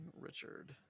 Richard